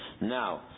Now